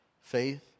Faith